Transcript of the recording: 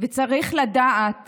וצריך לדעת